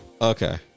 Okay